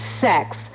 sex